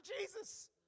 Jesus